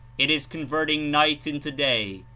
it is converting night into day,